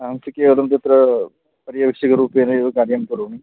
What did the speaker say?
अहं च केवलं तत्र परिवेक्षकरूपेण एव कार्यं करोमि